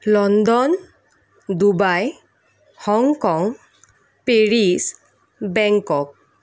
London Dubai Hong Kong Paris Bangkok